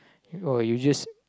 oh you just